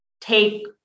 take